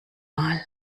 mal